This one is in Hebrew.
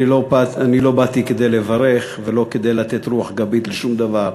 אני לא באתי כדי לברך ולא כדי לתת רוח גבית לשום דבר,